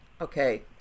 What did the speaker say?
okay